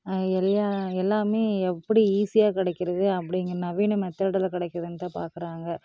அது எல்லாம் எல்லாமே எப்படி ஈஸியாக கிடைக்கிறது அப்படிங்கனாவே நம்ம கிடைக்குதுனு தான் பார்க்குறாங்க